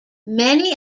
many